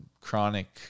chronic